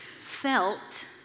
felt